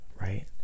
right